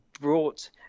brought